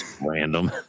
random